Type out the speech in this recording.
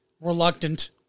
Reluctant